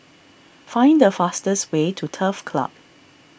find the fastest way to Turf Club